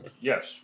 Yes